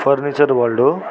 furniture world हो